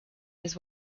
his